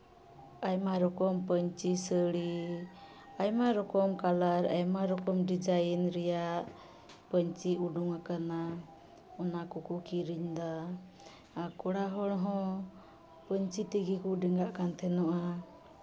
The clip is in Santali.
ᱟᱭᱢᱟ ᱨᱚᱠᱚᱢ ᱯᱟᱹᱧᱪᱤ ᱥᱟᱹᱲᱤ ᱟᱭᱢᱟ ᱨᱚᱠᱚᱢ ᱠᱟᱞᱟᱨ ᱟᱭᱢᱟ ᱨᱚᱠᱚᱢ ᱰᱤᱡᱟᱭᱤᱱ ᱨᱮᱭᱟᱜ ᱯᱟᱹᱧᱪᱤ ᱩᱰᱩᱠ ᱠᱟᱱᱟ ᱚᱱᱟ ᱠᱚᱠᱚ ᱠᱤᱨᱤᱧᱫᱟ ᱠᱚᱲᱟ ᱦᱚᱲ ᱦᱚᱸ ᱯᱟᱹᱧᱪᱤ ᱛᱮᱜᱮ ᱠᱚ ᱰᱮᱸᱜᱟᱜ ᱠᱟᱱ ᱛᱟᱦᱮᱱᱚᱜᱼᱟ